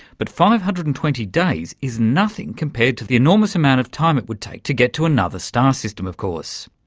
but five hundred and twenty days is nothing compared to the enormous amount of time it would take to get to another star system of course.